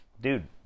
Dude